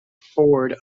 ford